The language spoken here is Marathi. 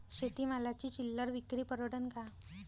शेती मालाची चिल्लर विक्री परवडन का?